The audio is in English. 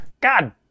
God